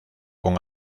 con